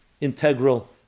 integral